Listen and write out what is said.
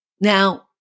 Now